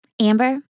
Amber